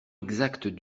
exactes